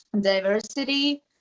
diversity